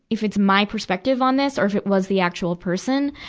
if it's my perspective on this, or if it was the actual person.